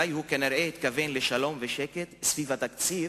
הוא כנראה התכוון לשלום ושקט סביב התקציב,